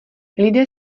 lidé